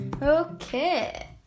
okay